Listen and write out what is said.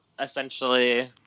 essentially